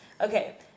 Okay